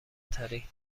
ترین